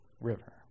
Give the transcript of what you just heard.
river